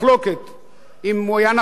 אם הוא היה נכון או לא היה,